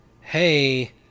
Hey